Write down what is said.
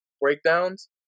breakdowns